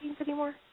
anymore